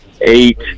eight